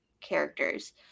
characters